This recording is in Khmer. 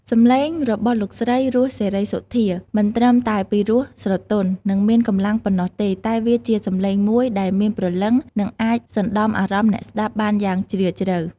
សំឡេងរបស់លោកស្រី រស់ សេរីសុទ្ធា មិនត្រឹមតែពីរោះស្រទន់ និងមានកម្លាំងប៉ុណ្ណោះទេ តែវាជាសំឡេងមួយដែល មានព្រលឹង និង អាចសំណ្ដំអារម្មណ៍អ្នកស្តាប់បានយ៉ាងជ្រាលជ្រៅ។